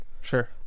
Sure